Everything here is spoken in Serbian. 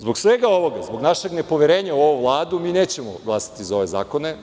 Zbog svega ovoga, zbog našeg nepoverenja u ovu Vladu, mi nećemo glasati za ove zakone.